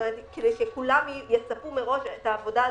כדי שכולם יצפו מראש לעבודה הזאת,